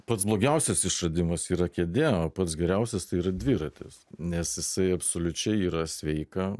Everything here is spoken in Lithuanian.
pats blogiausias išradimas yra kėdė o pats geriausias tai yra dviratis nes jisai absoliučiai yra sveika